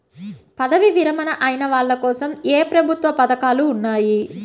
పదవీ విరమణ అయిన వాళ్లకోసం ఏ ప్రభుత్వ పథకాలు ఉన్నాయి?